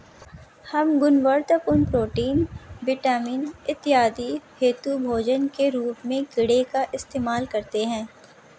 हम गुणवत्तापूर्ण protein, vitamin इत्यादि हेतु भोजन के रूप में कीड़े का इस्तेमाल करते हैं